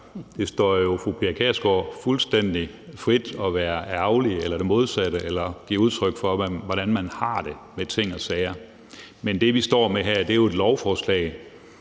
Det står jo fru Pia Kjærsgaard fuldstændig frit for at være ærgerlig eller det modsatte eller give udtryk for, hvordan man har det med ting og sager. Men det, vi står med her, er jo et lovforslag,